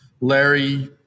Larry